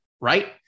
right